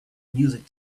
music